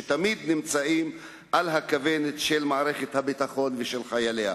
שתמיד נמצאים על הכוונת של מערכת הביטחון ושל חייליה.